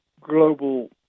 global